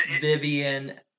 Vivian